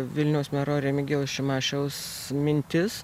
vilniaus mero remigijaus šimašiaus mintis